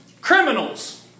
Criminals